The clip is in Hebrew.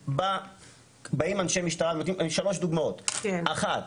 באים אנשי משטרה, שלוש דוגמאות: אחת,